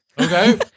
Okay